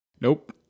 Nope